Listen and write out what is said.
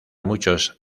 muchos